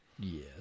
Yes